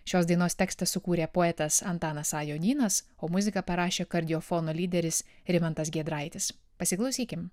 šios dainos tekstą sukūrė poetas antanas a jonynas o muziką parašė kardiofono lyderis rimantas giedraitis pasiklausykim